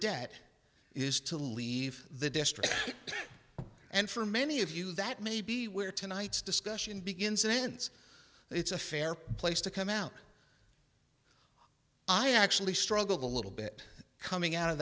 debt is to leave the district and for many of you that may be where tonight's discussion begins and ends it's a fair place to come out i actually struggled a little bit coming out of